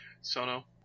Sono